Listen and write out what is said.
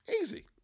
easy